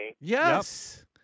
Yes